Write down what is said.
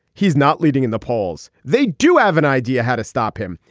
he's not leading in the polls. they do have an idea how to stop him.